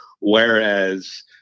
Whereas